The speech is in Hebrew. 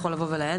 יכול לבוא ולעיין,